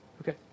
Okay